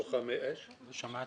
לא שמעתי.